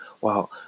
wow